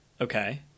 Okay